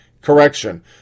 Correction